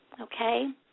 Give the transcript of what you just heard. okay